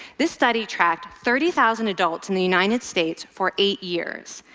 this study tracked thirty thousand adults in the united states for eight years,